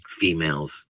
females